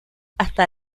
hasta